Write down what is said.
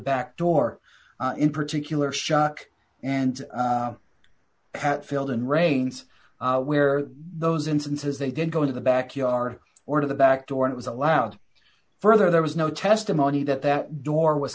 back door in particular shock and hatfield and rains where those instances they didn't go into the backyard or to the back door it was allowed further there was no testimony that that door was